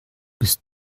bist